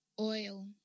Oil